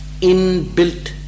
Inbuilt